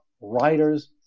writers